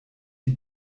die